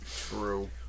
true